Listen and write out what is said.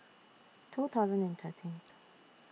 two thousand and thirteenth